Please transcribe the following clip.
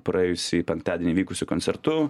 praėjusį penktadienį vykusiu koncertu